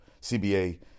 CBA